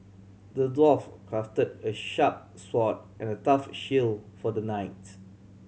the dwarf crafted a sharp sword and a tough shield for the knight